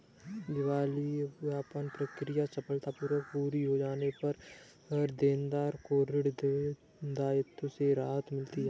दिवालियापन प्रक्रिया सफलतापूर्वक पूरी हो जाने पर देनदार को ऋण दायित्वों से राहत मिलती है